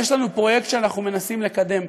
יש לנו פרויקט שאנחנו מנסים לקדם,